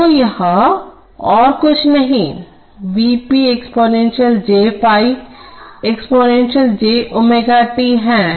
तो यह और कुछ नहीं V p exponential j ϕ exponential j ω tहै